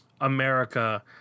america